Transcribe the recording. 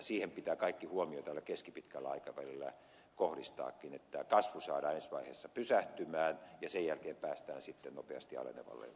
siihen pitää kaikki huomio tällä keskipitkällä aikavälillä kohdistaakin että kasvu saadaan ensi vaiheessa pysähtymään ja sen jälkeen päästään sitten nopeasti alenevalle uralle